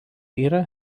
yra